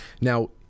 Now